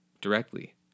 directly